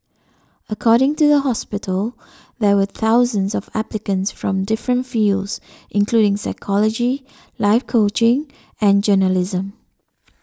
according to the hospital there were thousands of applicants from different fields including psychology life coaching and journalism